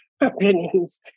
opinions